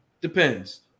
Depends